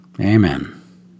Amen